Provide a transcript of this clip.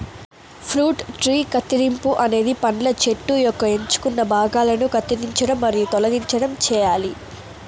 fruit tree కత్తిరింపు అనేది పండ్ల చెట్టు యొక్క ఎంచుకున్న భాగాలను కత్తిరించడం మరియు తొలగించడం చేయాలి